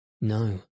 No